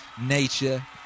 nature